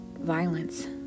violence